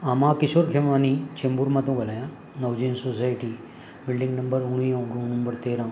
हा मां किशोर खेमानी चेंबूर मां थो ॻाल्हायां नवजीवन सोसाएटी बिल्डिंग नंबर उणिवीह रूम नंबर तेरहां